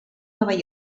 nova